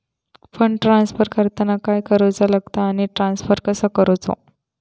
Fund transfer करताना काय करुचा लगता आनी ट्रान्स्फर कसो करूचो?